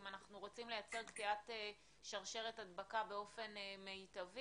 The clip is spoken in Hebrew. אם אנחנו רוצים לייצר קטיעת שרשרת הדבקה באופן מיטבי.